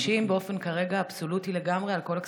הם חולשים כרגע באופן אבסולוטי לגמרי על כל הכספים,